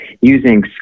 using